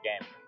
game